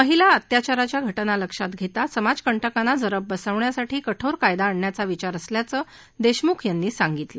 महिला अत्याचाराच्या घटना लक्षात घेता समाजकंटकांना जरब बसण्यासाठी कठोर कायदा आणण्याचा विचार असल्याचं देशमुख यांनी सांगितलं